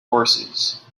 horses